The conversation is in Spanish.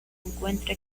encuentra